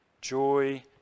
Joy